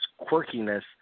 quirkiness